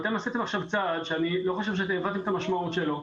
אתם עשיתם עכשיו צעד שאני לא חושב שהבנתם את המשמעות שלו.